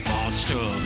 Monster